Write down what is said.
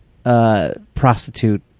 Prostitute